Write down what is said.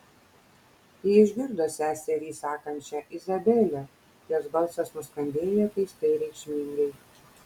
ji išgirdo seserį sakančią izabele jos balsas nuskambėjo keistai reikšmingai